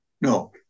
No